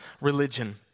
religion